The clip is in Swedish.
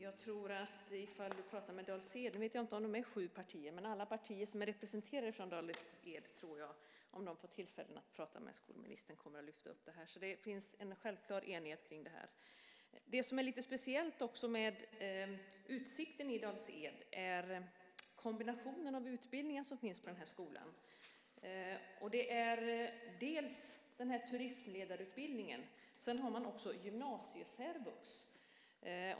Herr talman! Nu vet jag inte om det finns sju partier i Dals Ed, men alla partier som finns representerade i Dals Ed, om de får tillfälle att prata med skolministern, kommer att lyfta upp frågan. Det finns en självklar enighet kring detta. Det som är speciellt med Utsikten i Dals Ed är kombinationen av utbildningar som finns på skolan. Det är bland annat turistledarutbildningen. Sedan finns också gymnasiesärvux.